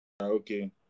Okay